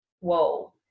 Whoa